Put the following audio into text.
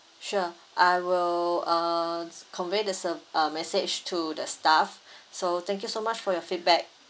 sure I will uh convey the su~ uh message to the staff so thank you so much for your feedback